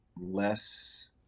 Less